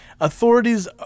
Authorities